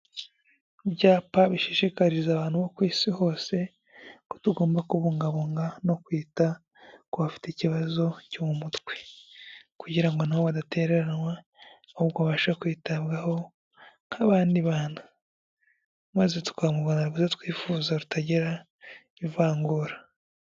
Ibyapa bishishikariza abantu bo ku isi hose ko tugomba kubungabunga no kwita ku bafite ikibazo cyo mu mutwe, kugira ngo nawe adatereranwa ahubwo abasha kwitabwaho nk'abandi bantu, maze tukgira u Rwanda rwiza ko twifuza rutagira ivangura.